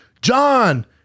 John